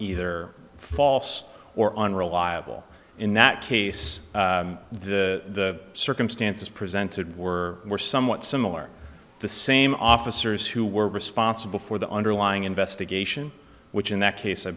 either false or on reliable in that case the circumstances presented were were somewhat similar the same officers who were responsible for the underlying investigation which in that case i